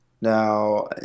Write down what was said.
now